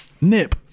nip